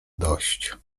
dość